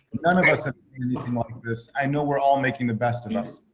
none of us. ah looking like this. i know we're all making the best of us.